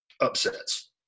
upsets